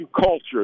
culture